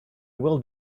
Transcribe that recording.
will